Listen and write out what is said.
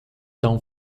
tão